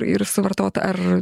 ir suvartot ar